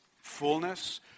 fullness